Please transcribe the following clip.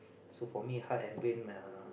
so for me heart and brain uh